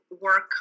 work